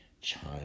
child